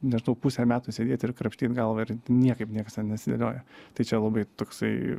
nežinau pusę metų sėdėt ir krapštyt galvą ir niekaip niekas ten nesidėlioja tai čia labai toksai